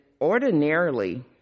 ordinarily